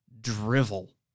drivel